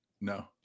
No